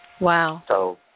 Wow